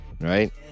Right